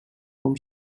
whom